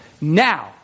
Now